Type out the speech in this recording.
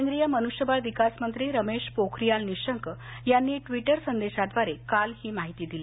केंद्रीय मनुष्यबळ विकास मंत्री रमेश पोखरियाल निशंक यांनी ट्विटर संदेशाद्वारे काल ही माहिती दिली